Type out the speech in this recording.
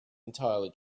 entirely